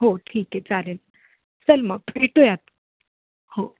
हो ठीक आहे चालेल चल मग भेटूयात हो